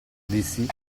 dissi